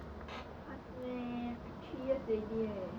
fast meh I three years already leh